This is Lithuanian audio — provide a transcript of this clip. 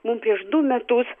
mum prieš du metus